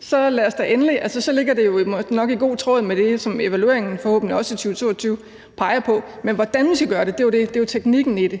så ligger det jo nok i god tråd med det, som evalueringen forhåbentlig også i 2022 peger på. Men hvordan vi skal gøre det, er jo teknikken i det.